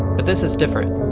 but this is different.